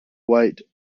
wait